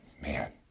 man